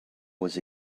was